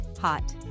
hot